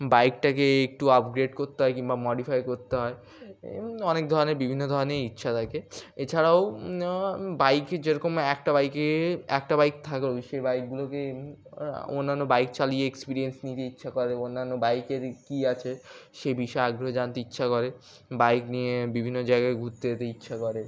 বাইকটাকে একটু আপগ্রেড করতে হয় কিংবা মডিফাই করতে হয় অনেক ধরনের বিভিন্ন ধরনেরই ইচ্ছা থাকে এছাড়াও বাইক যেরকম একটা বাইকে একটা বাইক থাকলেও সেই বাইকগুলোকে অন্যান্য বাইক চালিয়ে এক্সপিরিয়েন্স নিতে ইচ্ছা করে অন্যান্য বাইকের কী আছে সে বিষয়ে আগ্রহ জানতে ইচ্ছা করে বাইক নিয়ে বিভিন্ন জায়গায় ঘুরতে যেতে ইচ্ছা করে